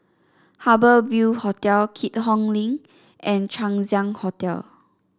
Harbour Ville Hotel Keat Hong Link and Chang Ziang Hotel